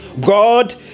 God